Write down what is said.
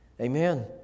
Amen